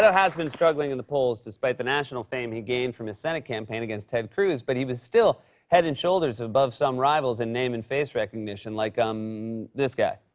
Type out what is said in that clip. has been struggling in the polls, despite the national fame he gained from his senate campaign against ted cruz, but he was still head and shoulder above some rivals in name and face recognition, like, um. this guy.